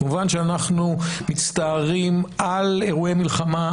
כמובן אנחנו מצטערים על אירועי מלחמה,